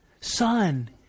Son